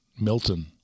Milton